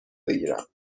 بگیرم